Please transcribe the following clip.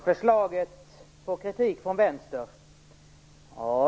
Herr talman! Rolf Kenneryd säger att förslaget får kritik från vänster.